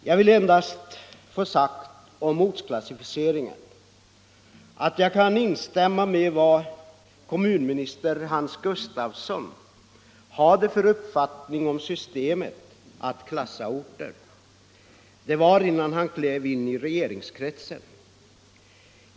Jag vill endast få sagt om den att jag delar kommunminister Hans Gustafssons uppfattning om systemet att klassa orter. Det var innan han klev in i regeringskretsen.